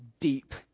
deep